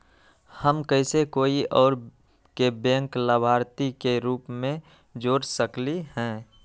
हम कैसे कोई और के बैंक लाभार्थी के रूप में जोर सकली ह?